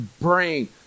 brain